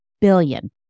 billion